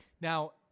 Now